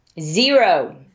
Zero